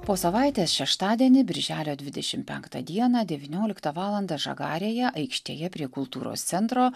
po savaitės šeštadienį birželio dvidešim penktą dieną devynioliktą valandą žagarėje aikštėje prie kultūros centro